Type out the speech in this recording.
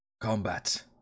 Combat